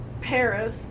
Paris